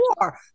war